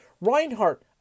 Reinhardt